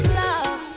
love